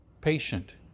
patient